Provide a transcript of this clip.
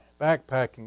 backpacking